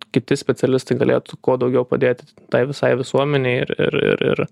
kiti specialistai galėtų kuo daugiau padėti tai visai visuomenei ir ir ir ir